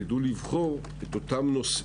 אני מאחל לכם שתדעו לבחור את אותם נושאים